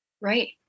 Right